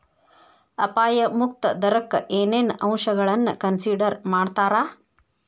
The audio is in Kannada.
ಅಪಾಯ ಮುಕ್ತ ದರಕ್ಕ ಏನೇನ್ ಅಂಶಗಳನ್ನ ಕನ್ಸಿಡರ್ ಮಾಡ್ತಾರಾ